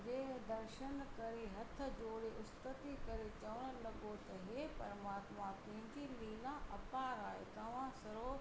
जे दर्शन करे हथ जोड़े स्तुति करे चवण लॻो त हे प्रमात्मा तुंहिंजी लीला अपार आहे तव्हां सर्व